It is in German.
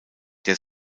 der